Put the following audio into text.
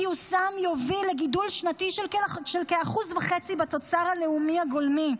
גיוסם יוביל לגידול שנתי של כ-1.5% בתוצר הלאומי הגולמי,